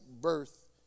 birth